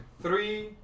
three